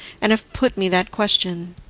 and have put me that question.